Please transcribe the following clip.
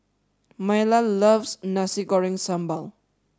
Myla loves Nasi Goreng Sambal